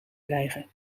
krijgen